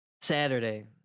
Saturday